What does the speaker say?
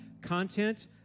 content